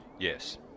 Yes